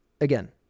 again